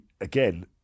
again